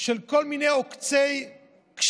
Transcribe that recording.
של כל מיני עוקצי קשישים,